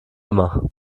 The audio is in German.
immer